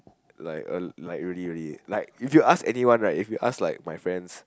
like uh like really really like if you ask anyone right like if you ask my friends